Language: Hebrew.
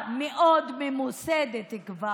מה נסגר איתך,